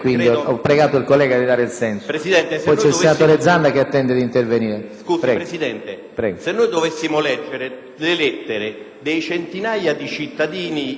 se dovessimo leggere le lettere delle centinaia di cittadini italiani che protestano contro lo sciopero dell'Alitalia sarebbero necessarie